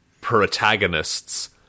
protagonists